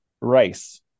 rice